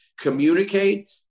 Communicate